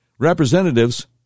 Representatives